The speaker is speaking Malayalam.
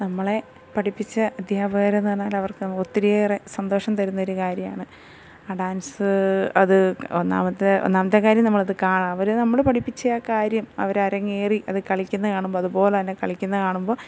നമ്മളെ പഠിപ്പിച്ച അധ്യാപകർ എന്ന് പറഞ്ഞാൽ അവർക്ക് ഒത്തിരിയേറെ സന്തോഷം തരുന്ന ഒരു കാര്യമാണ് ആ ഡാൻസ് അത് ഒന്നാമത്തെ ഒന്നാമത്തെ കാര്യം നമ്മളത് അവർ നമ്മൾ പഠിപ്പിച്ച ആ കാര്യം അവർ അരങ്ങേറി അത് കളിക്കുന്നത് കാണുമ്പോൾ അതുപോലെത്തന്നെ കളിക്കുന്നത് കാണുമ്പോൾ